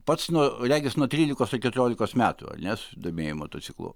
pats nuo regis nuo trylikos ar keturiolikos metų ar ne susidomėjai motociklu